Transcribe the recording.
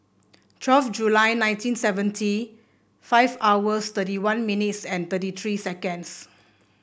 twelve July nineteen seventy five hours thirty one minutes and thirty three seconds